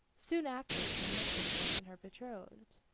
soon after came the princess and her betrothed.